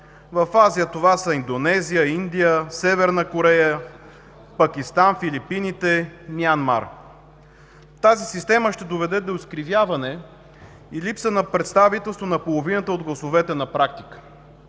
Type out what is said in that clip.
В Азия това са: Индонезия, Индия, Северна Корея, Пакистан, Филипините, Мианмар. Тази система ще доведе до изкривяване и липса на представителство на половината от гласовете на практика.